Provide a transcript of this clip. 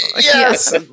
Yes